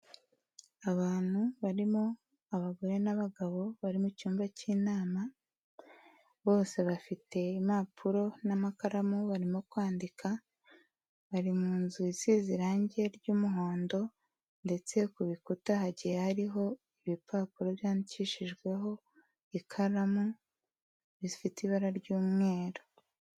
Abantu barimo abagore n'abagabo bari mu cyumba cy'inama bose bafite impapuro n'amakaramu barimo kwandika, bari mu nzusi isize irangi ry'umuhondo ndetse ku bikuta hagiye hariho ibipapuro byandikishijweho ikaramu bifite ibara ry'umweru.